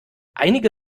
einige